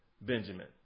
Benjamin